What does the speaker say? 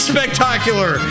Spectacular